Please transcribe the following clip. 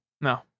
No